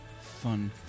fun